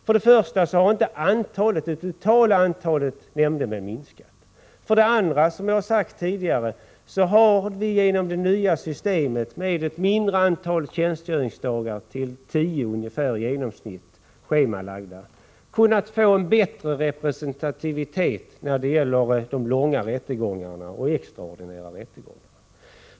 För det första har inte det totala antalet nämndemän minskat. För det andra har vi, som jag sagt tidigare, genom det nya systemet med färre tjänstgöringsdagar — i genomsnitt ungefär tio schemalagda — kunnat få en bättre representativitet vid de långa och extraordinära rättegångarna.